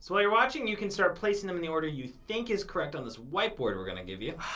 while you're watching, you can start placing them in the order you think is correct on this whiteboard we're gonna give you.